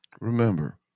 Remember